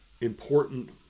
important